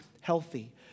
healthy